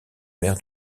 mer